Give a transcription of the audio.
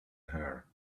her